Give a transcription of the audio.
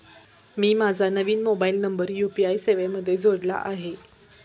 मी माझा नवीन mobile number UPI सेवेमध्ये जोडला आहे